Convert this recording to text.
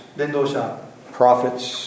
Prophets